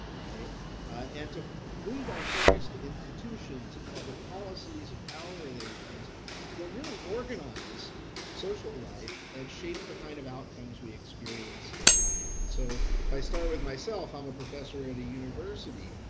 and to move our focus to institutions and public policies and power relations that really organize social life and shape the kind of outcomes we experience in life and so if i start with myself i'm a professor in a university.